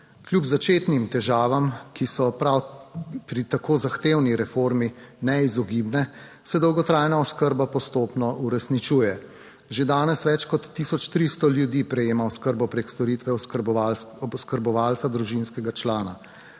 Kljub začetnim težavam, ki so prav pri tako zahtevni reformi neizogibne, se dolgotrajna oskrba postopno uresničuje. Že danes več kot tisoč 300 ljudi prejema oskrbo preko storitve oskrbovalca družinskega člana.